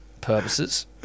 purposes